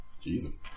Jesus